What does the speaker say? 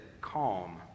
calm